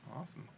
Awesome